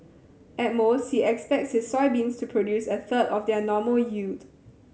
at most he expects his soybeans to produce a third of their normal